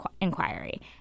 inquiry